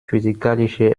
physikalische